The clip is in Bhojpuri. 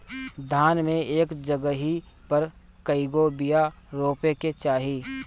धान मे एक जगही पर कएगो बिया रोपे के चाही?